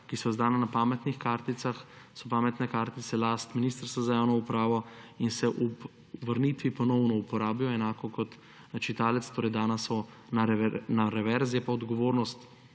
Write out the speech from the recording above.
ki so izdana na pametnih karticah, pametne kartice last Ministrstva za javno upravo in se ob vrnitvi ponovno uporabijo, enako kot čitalec, torej dana so na reverz. Je pa odgovornost